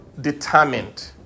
determined